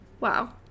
Wow